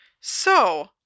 So